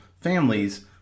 families